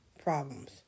problems